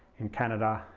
in canada,